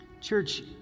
church